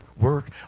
work